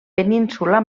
península